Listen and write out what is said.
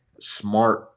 smart